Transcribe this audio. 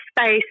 space